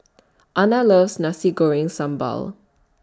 Ana loves Nasi Goreng Sambal